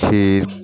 खीर